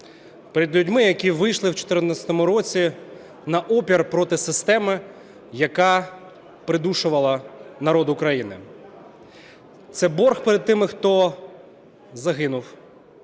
перед людьми, які вийшли в 14-му році на опір проти системи, яка придушувала народ України. Це борг перед тими, хто загинув,